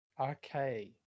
Okay